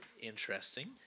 interesting